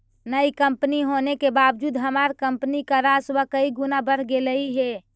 नई कंपनी होने के बावजूद हमार कंपनी का राजस्व कई गुना बढ़ गेलई हे